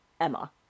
Emma